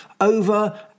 over